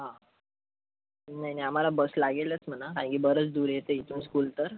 हा नाही नाही आम्हाला बस लागेलच म्हणा कारण की बरंच दूर आहे ते इथून स्कूल तर